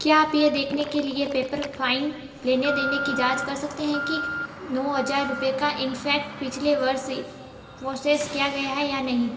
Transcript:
क्या आप यह देखने के लिए पेपर फाइन लेने देने की जाँच कर सकते हैं कि नौ हज़ार रुपये का इन फ़ैक्ट पिछले वर्ष प्रोसेस किया गया है या नहीं